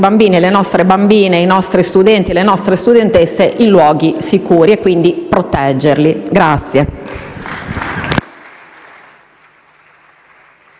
e le nostre bambine, i nostri studenti e le nostre studentesse in luoghi sicuri e quindi proteggerli.